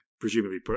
presumably